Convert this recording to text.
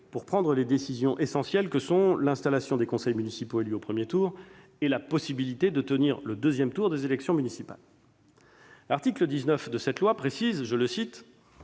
pour prendre les décisions essentielles que sont l'installation des conseils municipaux élus au premier tour et la possibilité de tenir le deuxième tour des élections. L'article 19 de cette loi dispose que